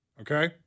okay